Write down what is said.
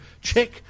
check